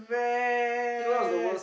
mad